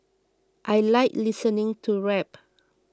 I like listening to rap